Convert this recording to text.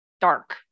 dark